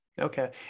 Okay